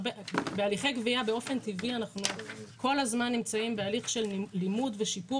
בהליכי גבייה באופן טבעי אנחנו כל הזמן נמצאים בהליך של לימוד ושיפור